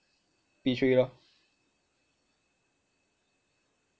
P three lor